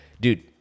Dude